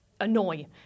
annoy